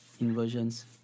inversions